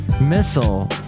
missile